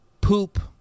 poop